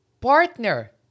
partner